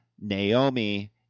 Naomi